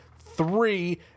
three